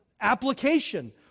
application